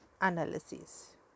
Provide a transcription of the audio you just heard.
analysis